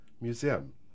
museum